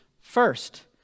First